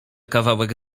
kawałek